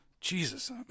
Jesus